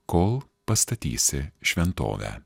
kol pastatysi šventovę